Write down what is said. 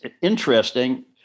interesting